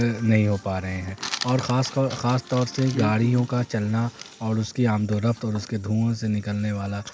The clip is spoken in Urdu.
نہیں ہو پا رہے ہیں اور خاص خاص طور سے گاڑیوں کا چلنا اور اس کی آمد و رفت اور اس کے دھوؤں سے نکلنے والا